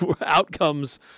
outcomes